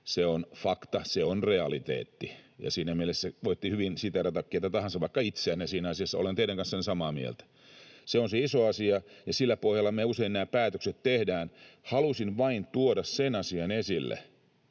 Se on fakta, se on realiteetti, ja siinä mielessä voitte hyvin siteerata ketä tahansa, vaikka itseänne. Siinä asiassa olen teidän kanssanne samaa mieltä. Se on se iso asia, ja sillä pohjalla me usein nämä päätökset tehdään. Halusin vain tuoda sen asian esille,